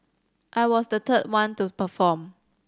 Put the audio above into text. I was the third one to perform